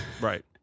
right